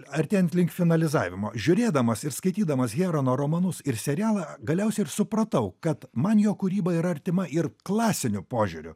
artėjant link finalizavimo žiūrėdamas ir skaitydamas herono romanus ir serialą galiausiai ir supratau kad man jo kūryba yra artima ir klasiniu požiūriu